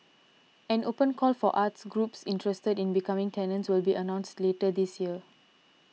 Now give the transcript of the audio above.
an open call for arts groups interested in becoming tenants will be announced later this year